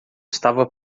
estava